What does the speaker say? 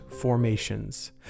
formations